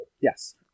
Yes